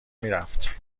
میرفت